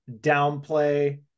downplay